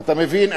אתה מבין,